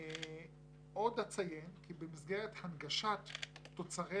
עוד אציין כי במסגרת הנגשת תוצרי